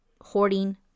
hoarding